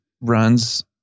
runs